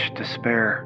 despair